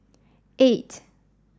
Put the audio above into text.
eight